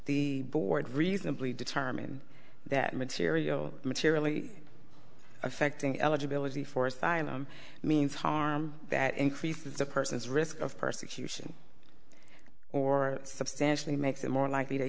the board reasonably determine that material materially affecting eligibility for asylum means harm that increases a person's risk of persecution or substantially makes it more likely that